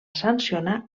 sancionar